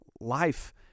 life